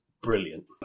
brilliant